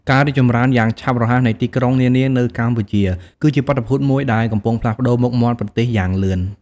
ការរីកចម្រើនយ៉ាងឆាប់រហ័សនៃទីក្រុងនានានៅកម្ពុជា គឺជាបាតុភូតមួយដែលកំពុងផ្លាស់ប្ដូរមុខមាត់ប្រទេសយ៉ាងលឿន។